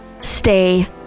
stay